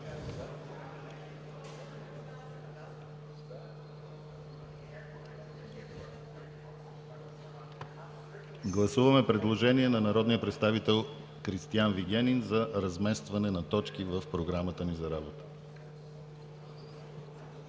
Гласуваме предложение на народния представител Кристиан Вигенин за разместване на точки в Програмата за работа.